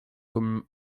comme